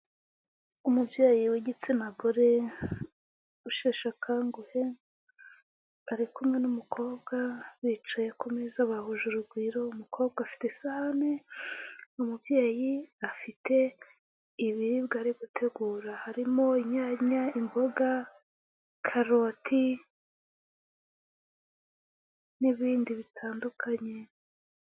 Umubyeyi w'igitsina gore usheshe akanguhe ari kumwe n'umukobwa bicaye ku meza bahuje urugwiro, umukobwa afite isane, umubyeyi afite ibiribwa ari gutegura harimo inyanya, imboga, karoti n'ibindi bitandukanye.